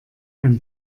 ein